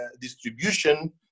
distribution